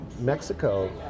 Mexico